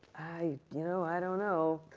i, you know, i don't know.